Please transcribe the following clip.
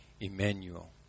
Emmanuel